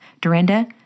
Dorinda